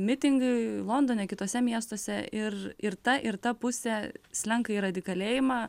mitingai londone kituose miestuose ir ir ta ir ta pusė slenka į radikalėjimą